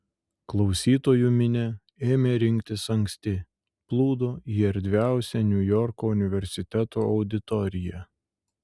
klausytojų minia ėmė rinktis anksti plūdo į erdviausią niujorko universiteto auditoriją